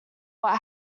what